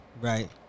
right